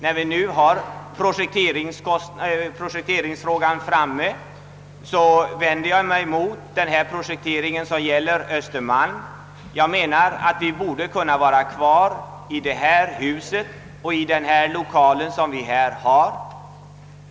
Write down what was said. När vi nu har lokalfrågorna uppe till behandling vänder jag mig mot den projektering som gäller provisoriet på Östermalm. Jag anser att vi bör kunna vara kvar här i huset och i denna lokal.